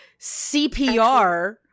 CPR